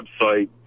website